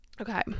okay